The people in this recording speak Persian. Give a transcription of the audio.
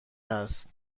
هست